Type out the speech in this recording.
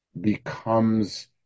becomes